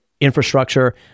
infrastructure